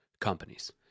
Companies